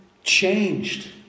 Changed